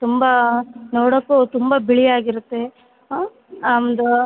ತುಂಬಾ ನೋಡೋಕು ತುಂಬ ಬಿಳಿ ಆಗಿರುತ್ತೆ ಹಾಂ ನಮ್ದು